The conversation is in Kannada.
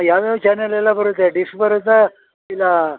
ಯಾವ ಯಾವ ಚಾನೆಲೆಲ್ಲ ಬರುತ್ತೆ ಡಿಶ್ ಬರುತ್ತಾ ಇಲ್ವಾ